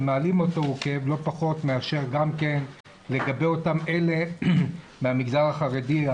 מעלים הוא כאב לא פחות מאשר גם לגבי אותם אלה מהמגזר החרדי,